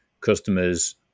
Customers